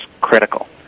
critical